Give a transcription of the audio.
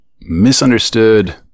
misunderstood